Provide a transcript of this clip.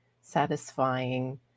satisfying